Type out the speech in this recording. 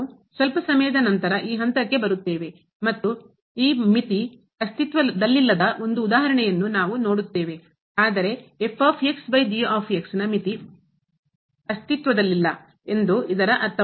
ನಾವು ಸ್ವಲ್ಪ ಸಮಯದ ನಂತರ ಈ ಹಂತಕ್ಕೆ ಬರುತ್ತೇವೆ ಮತ್ತು ಈ ಮಿತಿ ಅಸ್ತಿತ್ವದಲ್ಲಿಲ್ಲದ ಒಂದು ಉದಾಹರಣೆಯನ್ನು ನಾವು ನೋಡುತ್ತೇವೆ ಆದರೆನ ಮಿತಿ ಅಸ್ತಿತ್ವದಲ್ಲಿಲ್ಲ ಎಂದು ಇದರ ಅರ್ಥವಲ್ಲ